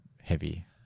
heavy